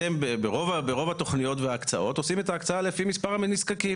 אתם ברוב התוכניות וההקצאות עושים את ההקצאה על פי מספר הנזקקים,